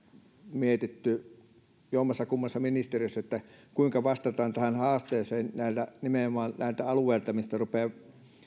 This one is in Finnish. mietitty jommassakummassa ministeriössä että kuinka vastataan tähän haasteeseen nimenomaan näillä alueilla mistä rupeaa